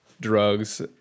drugs